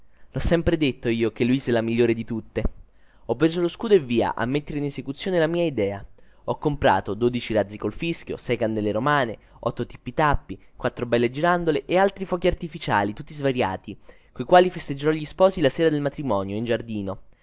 l'ho sempre detto io che luisa è la migliore di tutte ho preso lo scudo e via a mettere in esecuzione la mia idea ho comprato dodici razzi col fischio sei candele romane otto tippi tappi quattro belle girandole e altri fuochi artificiali tutti svariati coi quali festeggerò gli sposi la sera del matrimonio in giardino